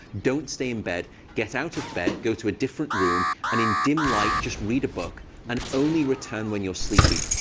don't stay in bed. get out of bed. go to a different room. and in dim light, just read a book. an only return when you're sleepy.